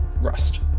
rust